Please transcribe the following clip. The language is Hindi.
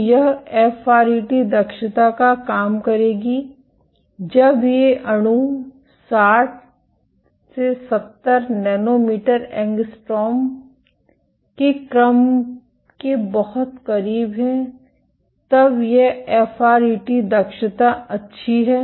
तो यह एफआरईटी दक्षता का काम करेगी जब ये 2 अणु 60 70 नैनोमीटर एंगस्ट्रॉम संदर्भ समय 1123 के क्रम के बहुत करीब हैं तब यह एफआरईटी दक्षता अच्छी है